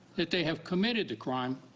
that they've committed the crime